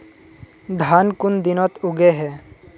धान कुन दिनोत उगैहे